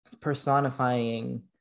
personifying